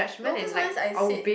no cause sometimes I sit